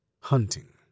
Hunting